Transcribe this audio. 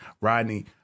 Rodney